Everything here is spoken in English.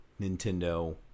Nintendo